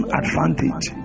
advantage